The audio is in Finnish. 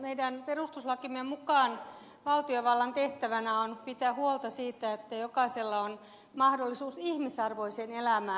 meidän perustuslakimme mukaan valtiovallan tehtävänä on pitää huolta siitä että jokaisella on mahdollisuus ihmisarvoiseen elämään